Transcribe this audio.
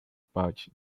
pouch